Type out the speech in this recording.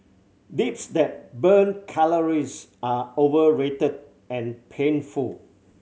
dips that burn calories are overrated and painful